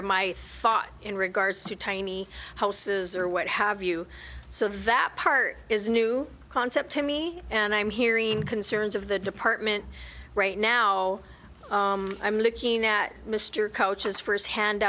of my thought in regards to tiny houses or what have you so that part is a new concept to me and i'm hearing concerns of the department right now i'm looking at mr coaches firsthand